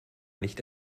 nicht